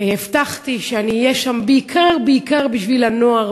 הבטחתי שאני אהיה שם בעיקר בעיקר בשביל הנוער,